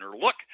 look